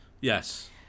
Yes